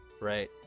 right